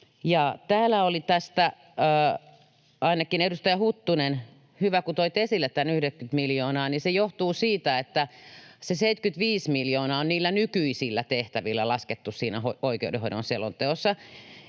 resursseilla. Ja ainakin edustaja Huttunen, hyvä kun toit täällä esille tämän 90 miljoonaa. Se johtuu siitä, että se 75 miljoonaa on niillä nykyisillä tehtävillä laskettu oikeudenhoidon selonteossa.